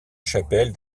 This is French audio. chapelle